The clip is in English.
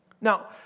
Now